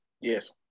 Yes